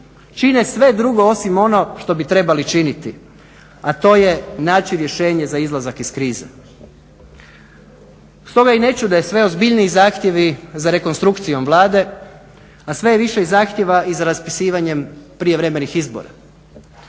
čine sve drugo osim ono što bi trebali činiti, a to je naći rješenje za izlazak iz krize. Stoga i ne čude sve ozbiljniji zahtjevi za rekonstrukcijom Vlade, a sve je više zahtjeva i za raspisivanjem prijevremenih izbora.